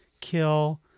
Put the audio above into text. kill